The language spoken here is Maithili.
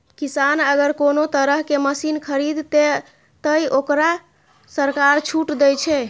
किसान अगर कोनो तरह के मशीन खरीद ते तय वोकरा सरकार छूट दे छे?